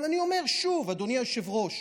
אבל אני אומר שוב, אדוני היושב-ראש,